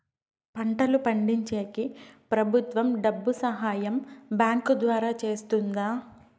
పంటలు పండించేకి ప్రభుత్వం డబ్బు సహాయం బ్యాంకు ద్వారా చేస్తుందా?